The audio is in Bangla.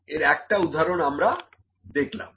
এটা একটা উদাহরণ আমরা দেখলাম